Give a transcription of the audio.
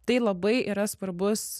tai labai yra svarbus